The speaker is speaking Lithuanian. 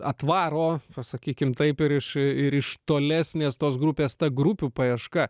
atvaro pasakykim taip ir iš ir iš tolesnės tos grupės ta grupių paieška